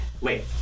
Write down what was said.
wait